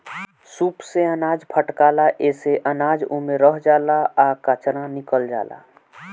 सूप से अनाज फटकाला एसे अनाज ओमे रह जाला आ कचरा निकल जाला